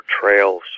trails